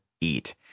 eat